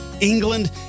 England